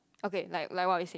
okay like like what we say